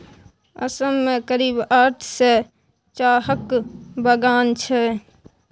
असम मे करीब आठ सय चाहक बगान छै